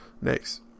next